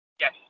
Yes